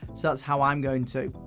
so that's how i'm going to.